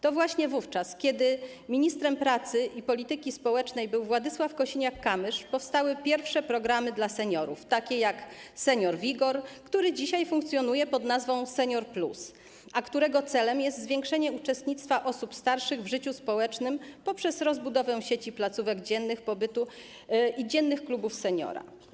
To właśnie wówczas, kiedy ministrem pracy i polityki społecznej był Władysław Kosiniak-Kamysz, powstały pierwsze programy dla seniorów, takie jak ˝Senior - WIGOR˝, który dzisiaj funkcjonuje pod nazwą ˝Senior+˝, a którego celem jest zwiększenie uczestnictwa osób starszych w życiu społecznym poprzez rozbudowę sieci placówek dziennego pobytu i dziennych klubów seniora.